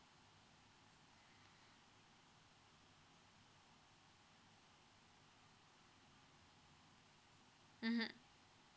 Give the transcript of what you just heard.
mmhmm